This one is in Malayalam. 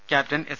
captain S